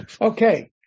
Okay